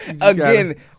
Again